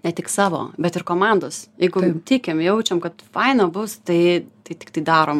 ne tik savo bet ir komandos jeigu tikim jaučiam kad faina bus tai tai tiktai darom